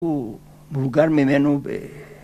הוא מבוגר ממנו ב